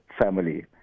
family